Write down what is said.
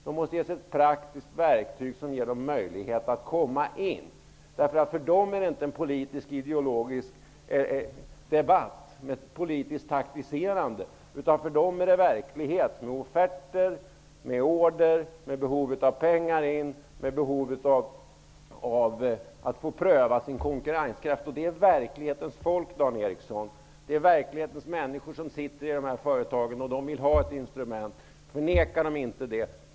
De måste ges ett praktiskt verktyg som ger dem möjlighet att komma in. För dem är det inte en politisk-ideologisk debatt, med ett politiskt taktiserande. För dem är det verklighet, med offerter, order, behov av pengar, behov av att få pröva sin konkurrenskraft. Det är verklighetens folk, Dan Eriksson, som sitter i dessa företag. De vill ha ett instrument. Förneka dem inte det!